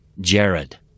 Jared